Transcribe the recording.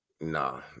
Nah